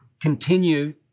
continue